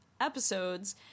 episodes